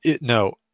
No